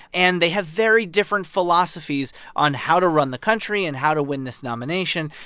and they have very different philosophies on how to run the country and how to win this nomination.